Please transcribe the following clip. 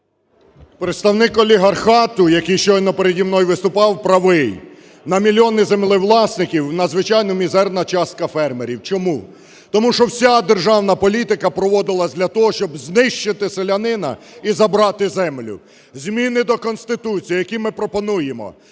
Представник олігархату, який щойно переді мною виступав, правий – на мільйони землевласників надзвичайно мізерна частка фермерів. Чому? Тому що вся державна політика проводилась для того, щоб знищити селянина і забрати землю. Зміни до Конституції, які ми пропонуємо,